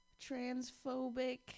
transphobic